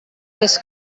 més